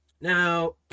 now